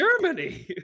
Germany